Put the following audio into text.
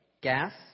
gas